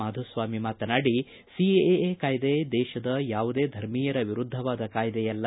ಮಾಧುಸ್ವಾಮಿ ಮಾತನಾಡಿ ಸಿಎಎ ಕಾಯ್ದೆ ದೇಶದ ಯಾವುದೇ ಧರ್ಮೀಯರ ವಿರುದ್ದವಾದ ಕಾಯ್ದೆಯಲ್ಲ